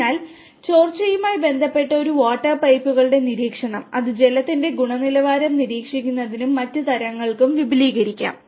അതിനാൽ ചോർച്ചയുമായി ബന്ധപ്പെട്ട് ഒരു വാട്ടർ പൈപ്പുകളുടെ നിരീക്ഷണം അത് ജലത്തിന്റെ ഗുണനിലവാരം നിരീക്ഷിക്കുന്നതിനും മറ്റ് തരങ്ങൾക്കും വിപുലീകരിക്കാം